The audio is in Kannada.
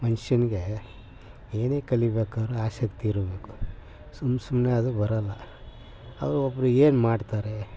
ಮನುಷ್ಯನ್ಗೆ ಏನೇ ಕಲಿಬೇಕಾದ್ರೂ ಆಸಕ್ತಿ ಇರಬೇಕು ಸುಮ್ನೆ ಸುಮ್ಮನೆ ಅದು ಬರೋಲ್ಲ ಅವ್ರು ಒಬ್ಬರು ಏನು ಮಾಡ್ತಾರೆ